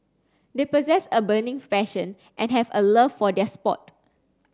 they possess a burning passion and have a love for their sport